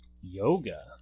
Yoga